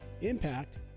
Impact